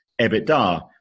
EBITDA